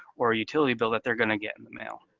or a utility bill that they're going to get in the mail.